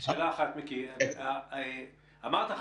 אמרת 15%,